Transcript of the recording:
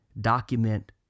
document